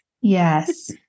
Yes